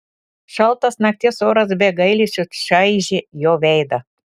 šaltas nakties oras be gailesčio čaižė jo veidą